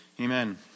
Amen